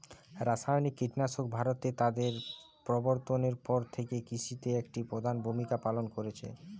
রাসায়নিক কীটনাশক ভারতে তাদের প্রবর্তনের পর থেকে কৃষিতে একটি প্রধান ভূমিকা পালন করেছে